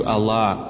Allah